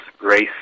race